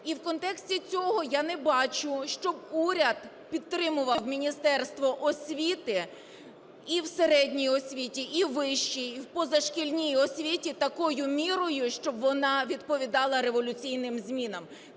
І в контексті цього я не бачу, щоб уряд підтримував Міністерство освіти і в середній освіті, і у вищій, і в позашкільній освіті такою мірою, щоб вона відповідала революційним змінам.